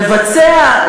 נבצע,